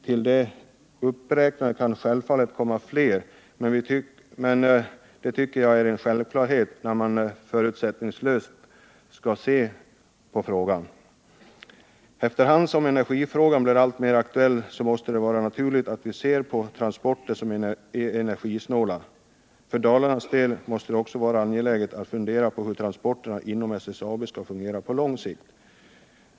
Självfallet kan man utgå ifrån att fler frågor kan behöva utredas, men det tycker jag är självklart när man förutsättningslöst skall undersöka en sak. Efter hand som energifrågan blir alltmer aktuell måste det anses naturligt att vi intresserar oss för energisnåla transporter. För Dalarnas del måste det också vara angeläget att vi funderar över hur transporterna inom SSAB skall fungera på lång sikt.